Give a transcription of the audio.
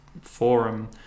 forum